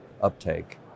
uptake